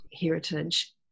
heritage